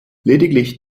lediglich